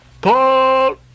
Pull